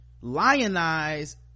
lionize